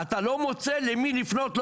אתה לא מוצא למי לפנות.